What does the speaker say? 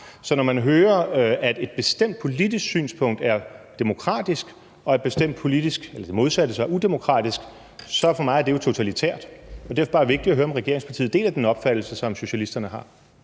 Så når man hører, at et bestemt politisk synspunkt er demokratisk, og at et andet politisk synspunkt, altså det modsatte, er udemokratisk, er det for mig jo totalitært. Derfor er det bare vigtigt at høre, om regeringspartiet deler den opfattelse, som socialisterne har.